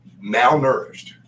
malnourished